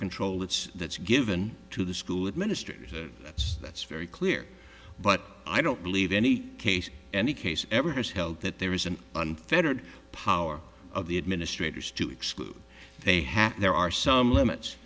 control that's that's given to the school administrators and that's that's very clear but i don't believe any case any case ever has held that there is an unfettered power of the administrators to exclude they happen there are some limits